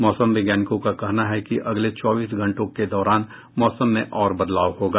मौसम वैज्ञानिकों का कहना है कि अगले चौबीस घंटों के दौरान मौसम में और बदलाव होगा